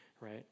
right